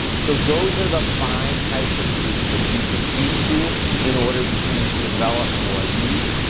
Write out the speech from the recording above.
so those are the five types of groups that you can speak to in order to develop more leads.